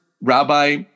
rabbi